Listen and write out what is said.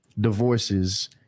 divorces